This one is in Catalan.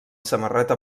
samarreta